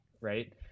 right